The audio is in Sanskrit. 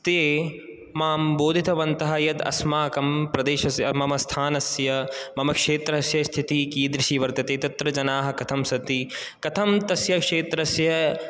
ते मां बोधितवन्तः यत् अस्माकं प्रदेशस्य मम स्थानस्य मम क्षेत्रश्य स्थितिः कीदृशी वर्तते तत्र जनाः कथं सन्ति कथं तस्य क्षेत्रस्य